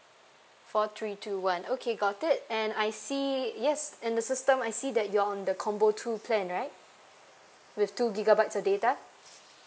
four three two one okay got it and I see yes in the system I see that you're on the combo two plan right with two gigabytes of data